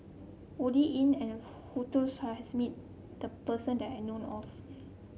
Oi Lin and Winston Choos met the person that I know of